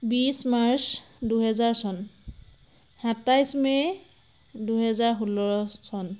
বিছ মাৰ্চ দুহেজাৰ চন সাতাইছ মে' দুহেজাৰ ষোল্ল চন